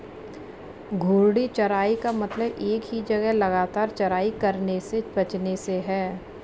घूर्णी चराई का मतलब एक ही जगह लगातार चराई करने से बचने से है